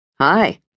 Hi